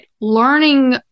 learning